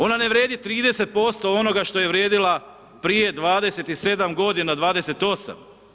Ona ne vrijedi 30% onoga što je vrijedila prije 27 godina, 28.